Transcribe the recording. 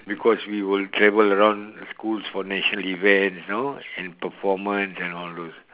because we will travel around schools for national events you know and performances and all those